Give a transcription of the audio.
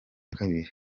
kabiri